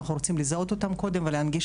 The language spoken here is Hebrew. אנחנו רוצים לזהות אותם קודם ולהנגיש